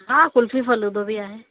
हा कुल्फ़ी फ़लूदो बि आहे